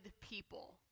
people